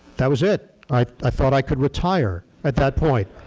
that was it. i thought i could retire at that point.